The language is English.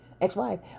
ex-wife